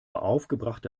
aufgebrachte